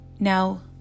Now